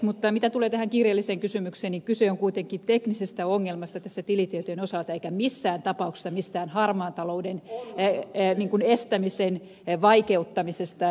mutta mitä tulee tähän kirjalliseen kysymykseen niin kyse on kuitenkin teknisestä ongelmasta tilitietojen osalta eikä missään tapauksessa mistään harmaan talouden estämisen vaikeuttamisesta